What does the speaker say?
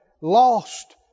lost